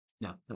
No